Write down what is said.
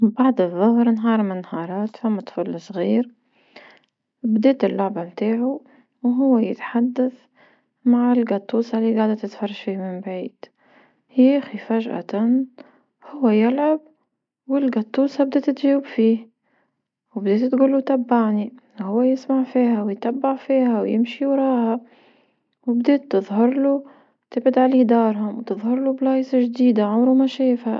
بعد الظهر نهار من نهارات ثما طفل صغير بدات اللعبة نتاعو وهو يتحدث مع القطوصة لي قاعدة تتفرج فيه من بعيد، يا أخي فجأة هو يلعب والقطوسة بدأت تجاوب فيه، وبدات تقوله تبعني هو يسمع فيها ويتبع فيها ويمشي وراها، وبديت تظهر له تبعد عليه دارهم وتظهر له بلايصة جديدة عمره ما شافها.